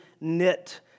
knit